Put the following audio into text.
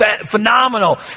phenomenal